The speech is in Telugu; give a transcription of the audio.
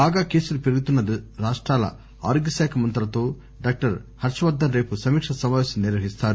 బాగా కేసులు పెరుగుతున్న రాష్టాల ఆరోగ్యశాఖ మంత్రులతో డాక్టర్ హర్షవర్దన్ రేపు సమీకా సమాపేశం నిర్వహిస్తారు